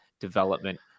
development